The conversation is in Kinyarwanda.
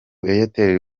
airtel